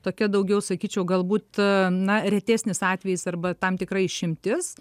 tokia daugiau sakyčiau galbūt na retesnis atvejis arba tam tikra išimtis